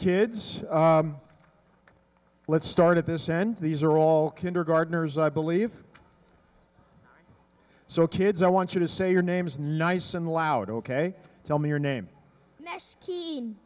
kids let's start at this end these are all kindergartners i believe so kids i want you to say your name is nice and loud ok tell me your name